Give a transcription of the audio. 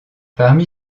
parmi